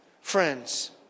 friends